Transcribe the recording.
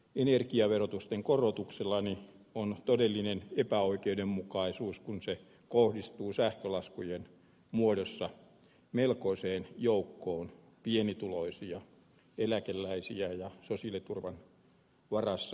energiaverotusten korotuksilla ne on todellinen epäoikeudenmukaisuus kun se kohdistuu sähkölaskujen muodossa melkoiseen joukkoon pienituloisia eläkeläisiä ja posliiniturvan varassa